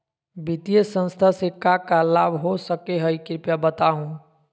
वित्तीय संस्था से का का लाभ हो सके हई कृपया बताहू?